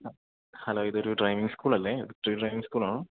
hello ഇതൊരു driving സ്കൂളല്ലേ ഇത് ട്രീ ഡ്രൈവിങ് സ്കൂളാണോ